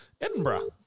Edinburgh